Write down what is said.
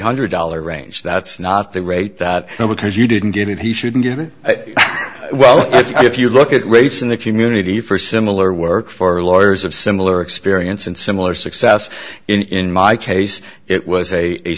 hundred dollars range that's not the rate that now because you didn't get it he shouldn't get well if you look at rates in the community for similar work for lawyers of similar experience and similar success in my case it was a a